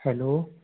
hello